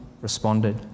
responded